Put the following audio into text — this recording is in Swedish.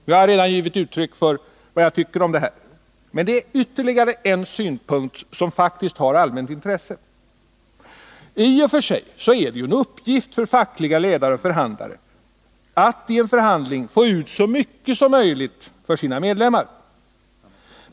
Jag har redan gett uttryck för vad jag tycker om detta, men det är ytterligare en synpunkt som faktiskt har allmänt intresse. I och för sig är det en uppgift för fackliga ledare och förhandlare att i en förhandling få ut så mycket som möjligt för sina medlemmar.